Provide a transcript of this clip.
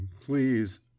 please